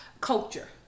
culture